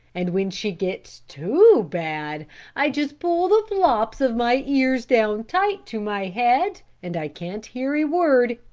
and when she gets too bad i just pull the flops of my ears down tight to my head, and i can't hear a word.